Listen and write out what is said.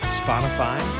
spotify